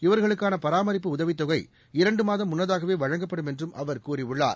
இவர்களுக்கான பராமரிப்பு உதவி தொகை இரண்டு மாதம் முன்னதாகவே வழங்கப்படும் என்றும் அவர் கூறியுள்ளார்